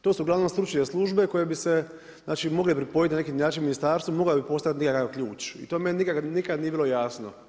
To su uglavnom stručne službe koje bi se mogle pripojiti na neki način ministarstvu, mogao bi postati nekakav ključ i to meni nikada nije bilo jasno.